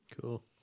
Cool